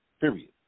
period